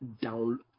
down